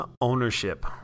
Ownership